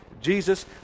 Jesus